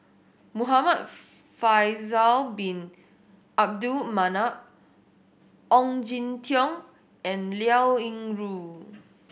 Muhamad Faisal Bin Abdul Manap Ong Jin Teong and Liao Yingru